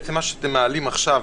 מה שאתם מעלים עכשיו,